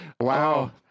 Wow